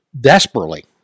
desperately